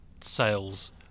sales